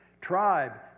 tribe